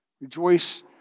Rejoice